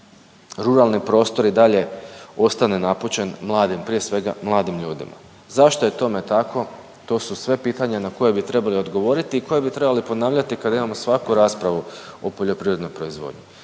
ruralni prostor i dalje ostane napućen mladim, prije svega mladim ljudima. Zašto je tome tako? To su sve pitanja na koje bi trebali odgovoriti i koje bi trebali ponavljati kad imamo svaku raspravu o poljoprivrednoj proizvodnji.